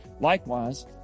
Likewise